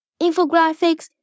infographics